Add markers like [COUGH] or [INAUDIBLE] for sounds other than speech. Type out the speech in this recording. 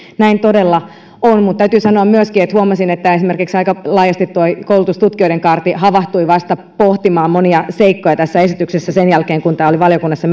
näin todella on mutta täytyy sanoa myöskin että huomasin että esimerkiksi aika laajasti tuo koulutustutkijoiden kaarti havahtui pohtimaan monia seikkoja tässä esityksessä vasta sen jälkeen kun tämä oli valiokunnassa [UNINTELLIGIBLE]